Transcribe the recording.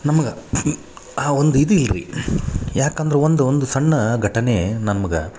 ನಮಗೆ ಆ ಒಂದು ಇದಿಲ್ಲ ರೀ ಯಾಕೆ ಅಂದ್ರೆ ಒಂದು ಒಂದು ಸಣ್ಣ ಘಟನೆ ನಮ್ಗೆ